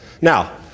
Now